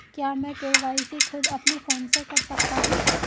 क्या मैं के.वाई.सी खुद अपने फोन से कर सकता हूँ?